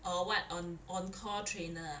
or what on on course trainer ah